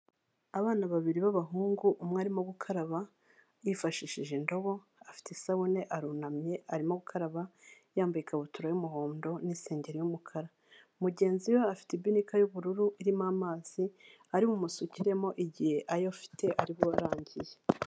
Abana babiri b'abahungu, umwe arimo gukaraba yifashishije indobo, afite isabune, arunamye arimo gukaraba, yambaye ikabutura y'umuhondo n'isengeri y'umukara, mugenzi we afite ibinika y'ubururu irimo amazi ari bumusukiremo igihe ayo afite ara bube arangiye.